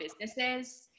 businesses